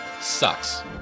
sucks